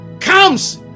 comes